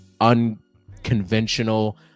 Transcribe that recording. unconventional